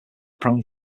prone